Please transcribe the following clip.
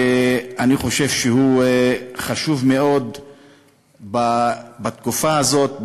שאני חושב שהוא חשוב מאוד בתקופה הזאת,